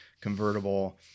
convertible